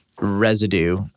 residue